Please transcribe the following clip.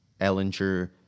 Ellinger